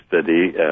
city